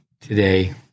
today